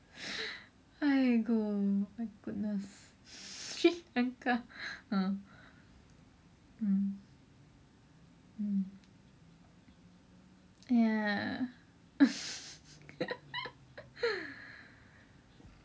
!aiyo! my goodness Sri Lanka uh mm mm ya